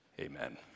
Amen